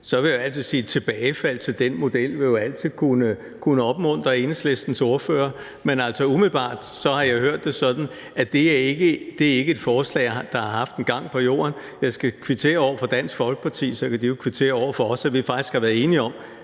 vil jeg sige, at tilbagefald til den model jo altid vil kunne opmuntre Enhedslistens ordfører. Men altså, umiddelbart har jeg hørt det sådan, at det ikke er et forslag, der har haft nogen gang på jord. Jeg skal kvittere over for Dansk Folkeparti, og så kan de jo kvittere over for os, at vi faktisk har været enige om,